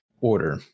order